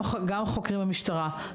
גם חוקרים במשטרה,